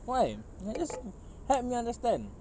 why I just help me understand